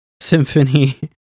Symphony